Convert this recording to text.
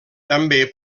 també